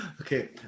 Okay